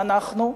אנחנו,